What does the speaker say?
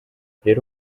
rero